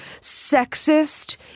sexist